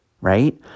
right